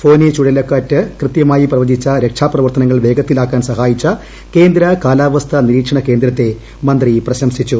ഫോനി ചുഴലിക്കാറ്റ് കൃത്യമായി പ്രവചിച്ച് രക്ഷാ പ്രവർത്തനങ്ങൾ വേഗത്തിലാക്കാൻ സഹായിച്ച കേന്ദ്ര കാലാവസ്ഥ നിരീക്ഷണ കേന്ദ്രത്തെ മന്ത്രി പ്രശംസിച്ചു